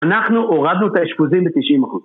אנחנו הורדנו את האשפוזים ל-90%.